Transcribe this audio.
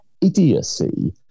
idiocy